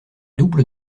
double